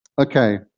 Okay